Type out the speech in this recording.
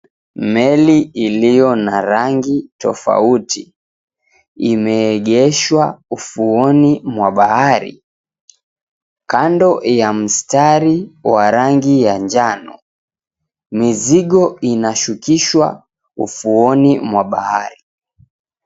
Meli iliyo na rangi tofauti imeegeshwa ufuoni mwa bahari , kando ya mstari wa rangi ya njano mizigo inashukishwa ufuoni mwa bahari.